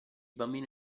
bambino